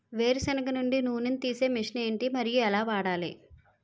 వేరు సెనగ నుండి నూనె నీ తీసే మెషిన్ ఏంటి? మరియు ఎలా వాడాలి?